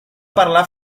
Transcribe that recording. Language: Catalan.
parlar